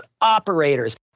operators